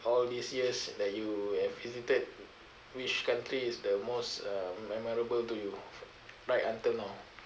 all these years that you have visited which country is the most uh memorable to you right until now